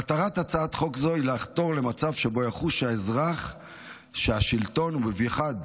מטרת הצעת חוק זו היא לחתור למצב שבו יחוש האזרח שהשלטון ובמיוחד